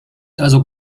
also